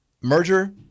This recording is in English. Merger